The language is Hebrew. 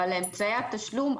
אבל אמצעי התשלום,